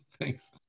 Thanks